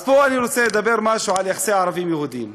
אז אני רוצה לדבר פה על נושא יחסי הערבים והיהודים.